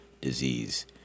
disease